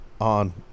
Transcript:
on